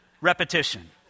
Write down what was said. repetition